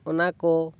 ᱚᱱᱟ ᱠᱚ